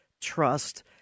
trust